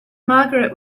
margaret